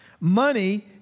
Money